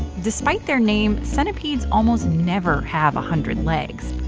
despite their name, centipedes almost never have a hundred legs.